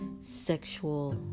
sexual